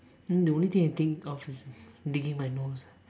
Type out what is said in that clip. hmm the only thing I think of is digging my nose